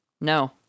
No